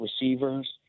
receivers